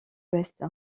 ouest